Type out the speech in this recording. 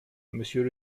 monsieur